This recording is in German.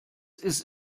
ist